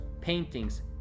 paintings